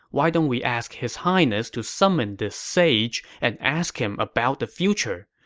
why don't we ask his highness to summon this sage and ask him about the future.